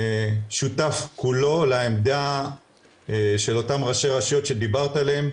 שותף כולו לעמדה של אותם ראשי רשויות שדיברת עליהם,